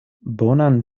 bonan